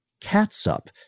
catsup